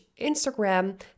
Instagram